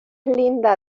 linda